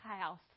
house